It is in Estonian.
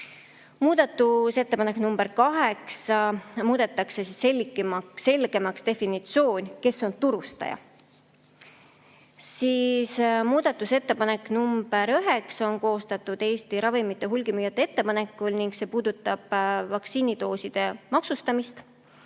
Muudatusettepanek nr 8, muudetakse selgemaks definitsioon, kes on turustaja. Muudatusettepanek nr 9 on koostatud Eesti ravimite hulgimüüjate ettepanekul ning see puudutab vaktsiinidooside maksustamist.